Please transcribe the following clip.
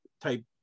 type